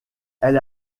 elle